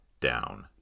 down